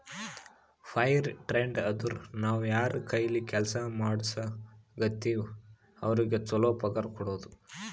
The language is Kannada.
ಫೈರ್ ಟ್ರೇಡ್ ಅಂದುರ್ ನಾವ್ ಯಾರ್ ಕೈಲೆ ಕೆಲ್ಸಾ ಮಾಡುಸ್ಗೋತಿವ್ ಅವ್ರಿಗ ಛಲೋ ಪಗಾರ್ ಕೊಡೋದು